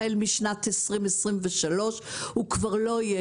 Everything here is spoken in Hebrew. החל משנת 2023 הוא כבר לא יהיה